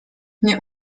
nie